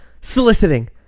Soliciting